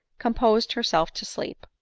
composed her self to sleep.